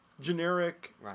generic